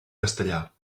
castellar